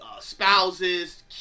spouses